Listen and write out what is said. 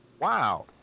wow